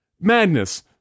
Madness